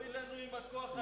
אוי לנו אם הכוח היה אצלכם.